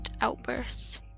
outbursts